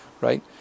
right